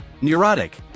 neurotic